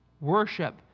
Worship